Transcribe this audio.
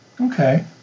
Okay